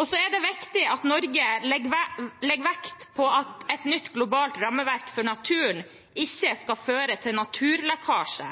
Det er viktig at Norge legger vekt på at et nytt globalt rammeverk for naturen ikke skal føre til naturlekkasje.